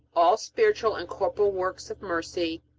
all spiritual and corporal works of mercy,